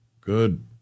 Good